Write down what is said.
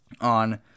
on